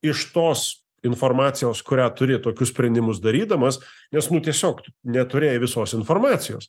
iš tos informacijos kurią turi tokius sprendimus darydamas nes tiesiog neturėjai visos informacijos